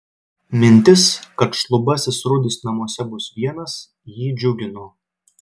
mintis kad šlubasis rudis namuose bus vienas jį džiugino